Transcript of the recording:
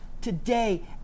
today